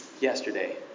yesterday